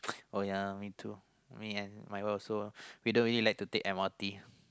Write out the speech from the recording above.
uh ya me too me and my wife also we don't really like to take M_R_T